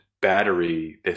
battery